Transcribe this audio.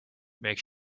make